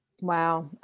Wow